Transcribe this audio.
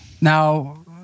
now